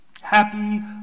happy